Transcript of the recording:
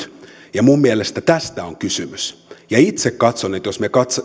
ja nyt minun mielestäni tästä on kysymys itse katson että jos me